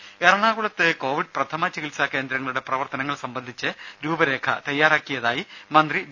രേര എറണാകുളത്ത് കോവിഡ് പ്രഥമ ചികിത്സാ കേന്ദ്രങ്ങളുടെ പ്രവർത്തനങ്ങൾ സംബന്ധിച്ച് രൂപ രേഖ തയാറാക്കിയതായി മന്ത്രി വി